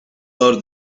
are